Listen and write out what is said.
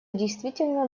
действительно